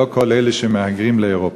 ולא כל אלה שמהגרים לאירופה.